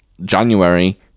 January